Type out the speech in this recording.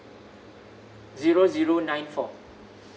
zero zero nine four